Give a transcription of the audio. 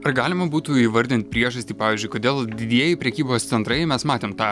ar galima būtų įvardint priežastį pavyzdžiui kodėl didieji prekybos centrai mes matėm tą